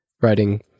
writing